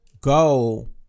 go